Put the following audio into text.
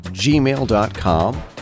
gmail.com